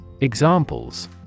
Examples